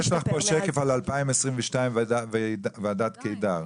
הינה, יש לך פה שקף על 2022, ועדת קידר.